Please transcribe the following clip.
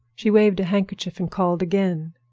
she waved a handkerchief and called again.